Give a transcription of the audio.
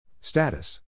Status